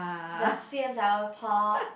the sweet and sour pork